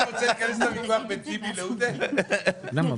למימון